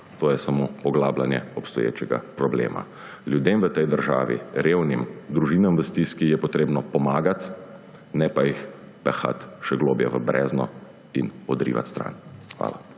to je samo poglabljanje obstoječega problema. Ljudem v tej državi, revnim, družinam v stiski je potrebno pomagati, ne pa jih pehati še globlje v brezno in odrivati stran. Hvala.